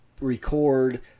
record